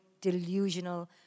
delusional